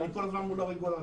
אני כל הזמן מול הרגולטור.